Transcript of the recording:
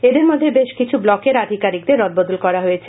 এদের মধ্যে বেশ কিছু রন্নকের আধিকারিকদের রদবদল করা হয়েছে